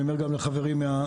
אני אומר גם לחברים מההסתדרות,